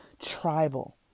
tribal